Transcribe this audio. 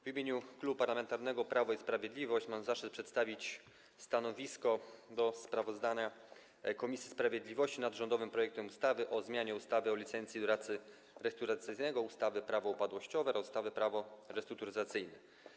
W imieniu Klubu Parlamentarnego Prawo i Sprawiedliwość mam zaszczyt przedstawić stanowisko wobec sprawozdania komisji sprawiedliwości o rządowym projekcie ustawy o zmianie ustawy o licencji doradcy restrukturyzacyjnego, ustawy Prawo upadłościowe oraz ustawy Prawo restrukturyzacyjne.